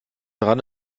dran